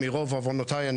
ברוב עוונותיי,